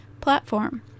platform